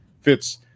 fits